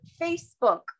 Facebook